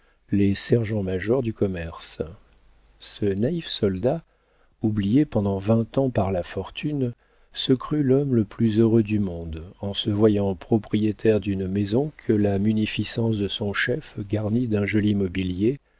les sergents majors du commerce ce naïf soldat oublié pendant vingt ans par la fortune se crut l'homme le plus heureux du monde en se voyant propriétaire d'une maison que la munificence de son chef garnit d'un joli mobilier